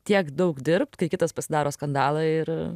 tiek daug dirbt kai kitas pasidaro skandalą ir